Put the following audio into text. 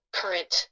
current